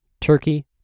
turkey